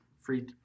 free